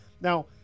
now